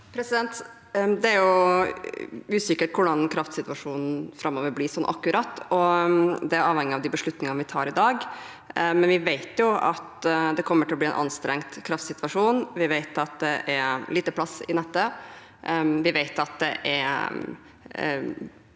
Det er usikkert akkurat hvordan kraftsituasjonen framover blir, det er avhengig av de beslutningene vi tar i dag. Det vi vet, er at det kommer til å bli en anstrengt kraftsituasjon. Vi vet at det er lite plass i nettet.